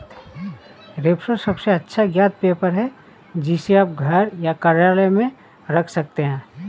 repro सबसे अच्छा ज्ञात पेपर है, जिसे आप घर या कार्यालय में रख सकते हैं